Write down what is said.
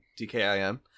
DKIM